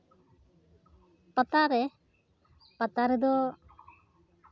ᱯᱟᱛᱟ ᱨᱮ ᱯᱟᱛᱟ ᱨᱮᱫᱚ